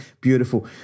beautiful